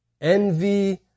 envy